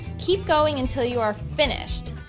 keep going until you are finished.